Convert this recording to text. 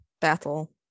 battle